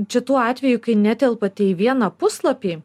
čia tuo atveju kai netelpate į vieną puslapį